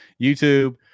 youtube